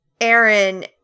Aaron